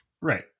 Right